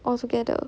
altogether